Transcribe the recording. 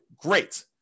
great